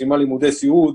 שסיימה לימודי סיעוד,